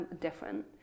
different